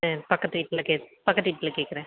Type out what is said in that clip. சரி பக்கத்து வீட்டில் கேக் பக்கத்து வீட்டில் கேட்கற